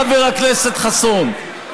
חבר הכנסת חסון,